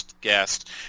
guest